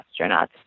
astronauts